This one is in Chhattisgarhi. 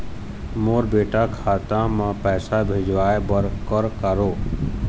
मोर बेटा खाता मा पैसा भेजवाए बर कर करों?